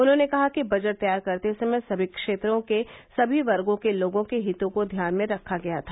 उन्होंने कहा कि बजट तैयार करते समय समी क्षेत्रों के समी वर्गो के लोगों के हितों को ध्यान में रखा गया था